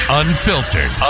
unfiltered